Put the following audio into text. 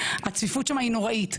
והצפיפות שם היא נוראית.